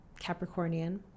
Capricornian